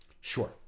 Sure